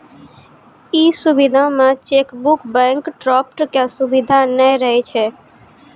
इ सुविधा मे चेकबुक, बैंक ड्राफ्ट के सुविधा नै रहै छै